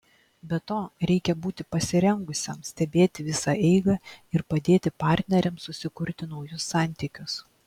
be to reikia būti pasirengusiam stebėti visą eigą ir padėti partneriams susikurti naujus santykius